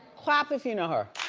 clap if you know her.